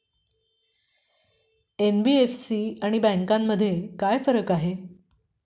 NBFC आणि बँकांमध्ये काय फरक आहे?